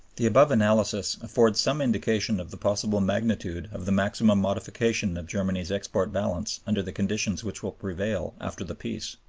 the above analysis affords some indication of the possible magnitude of the maximum modification of germany's export balance under the conditions which will prevail after the peace.